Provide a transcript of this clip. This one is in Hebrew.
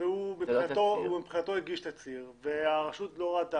ומבחינתו הוא הגיש תצהיר והרשות לא ראתה